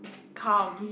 calm